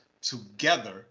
together